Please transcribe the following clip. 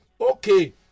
okay